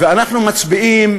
ואנחנו מצביעים